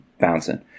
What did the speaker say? bouncing